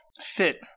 fit